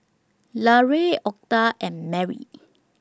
Larae Octa and Merry